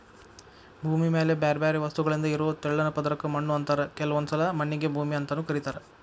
ಭೂಮಿ ಮ್ಯಾಲೆ ಬ್ಯಾರ್ಬ್ಯಾರೇ ವಸ್ತುಗಳಿಂದ ಇರೋ ತೆಳ್ಳನ ಪದರಕ್ಕ ಮಣ್ಣು ಅಂತಾರ ಕೆಲವೊಂದ್ಸಲ ಮಣ್ಣಿಗೆ ಭೂಮಿ ಅಂತಾನೂ ಕರೇತಾರ